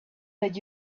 that